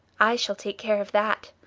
i shall take care of that.